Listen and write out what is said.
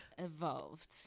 evolved